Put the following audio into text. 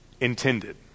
intended